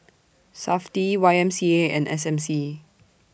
Safti Y M C A and S M C